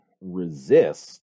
resist